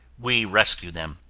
we rescue them.